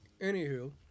anywho